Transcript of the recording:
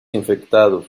infectados